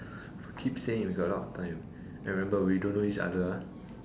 keep saying we got a lot of time and remember we don't know each other ah